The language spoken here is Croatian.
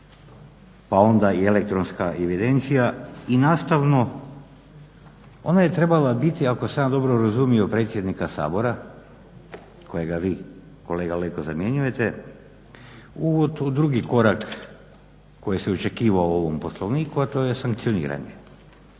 pa onda i elektronska evidencija. I nastavno ona je trebala biti ako sam ja dobro razumio predsjednika Sabora kojega vi kolega Leko zamjenjujete uvod u drugi korak koji se očekivao o ovom Poslovniku, a to je sankcioniranje